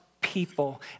people